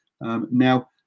now